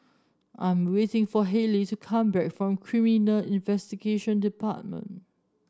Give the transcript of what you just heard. I'm waiting for Halie to come back from Criminal Investigation Department